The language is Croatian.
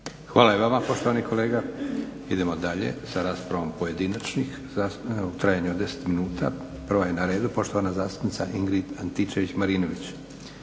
Hvala i vama poštovani kolega. Idemo dalje sa raspravom pojedinačnih zastupnika u trajanju od 10 minuta. Prva je na redu poštovana zastupnica Ingrid Antičević-Marinović.